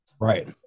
right